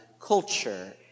culture